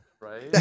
Right